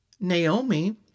Naomi